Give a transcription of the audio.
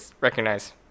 recognize